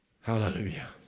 Hallelujah